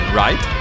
right